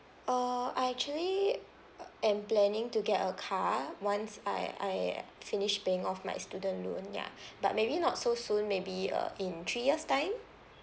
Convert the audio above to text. uh I actually uh am planning to get a car once I I finish paying off my student loan ya but maybe not so soon maybe uh in three years time